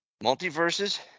multiverses